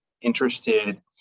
interested